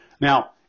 Now